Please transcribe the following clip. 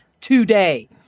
today